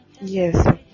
Yes